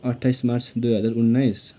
अठ्ठाइस मार्च दुई हजार उन्नाइस